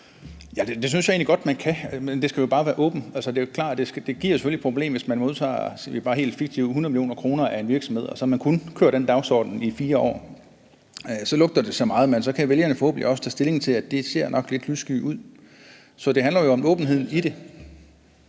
Det synes jeg egentlig godt man kan. Det skal bare være åbent. Altså, det er klart, at det selvfølgelig giver et problem, hvis man modtager – bare helt fiktivt – 100 mio. kr. af en virksomhed og man så kun kører den dagsorden i 4 år. Så lugter det så meget, men så kan vælgerne forhåbentlig også tage stilling til, at det nok ser lidt lyssky ud. Så det handler jo om åbenheden i det.